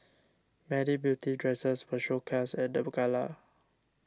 many beautiful dresses were showcased at the gala